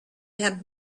had